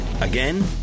Again